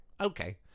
okay